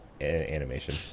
animation